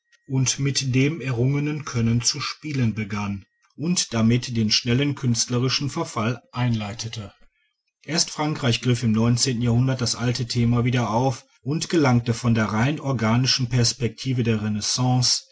und mit dem errungenen können zu spielen begann und damit den schnellen künstlerischen verfall einleitete erst frankreich griff im jahrhundert das alte thema wieder auf und gelangte von der rein organischen perspektive der renaissance